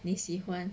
你喜欢